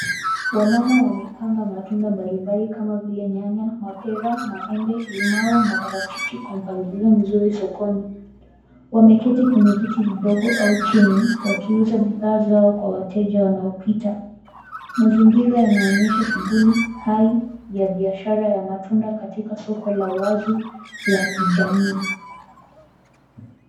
Wamama wamepanga matunda mbalimbali kama vile nyanya ,mapera, maembe, limau na parachichi kwa mpangilio mzuri sokoni. Wameketi kwenye viti vidogo au chini wakiuza bidhaa zao kwa wateja wanaopita. Mazingira yanaonyesha shughuli hai ya biashara ya matunda katika soko la wazi la kijamii.